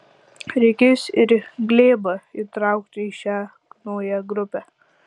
reikės ir glėbą įtraukti į šią naują grupę